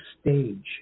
stage